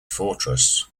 fortress